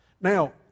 Now